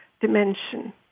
dimension